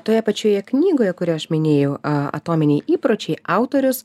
toje pačioje knygoje kurią aš minėjau atominiai įpročiai autorius